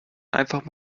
einfach